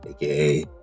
AKA